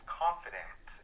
confident